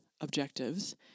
objectives